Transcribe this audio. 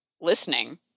listening